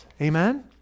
amen